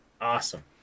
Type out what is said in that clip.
awesome